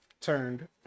turned